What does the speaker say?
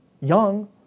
young